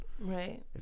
Right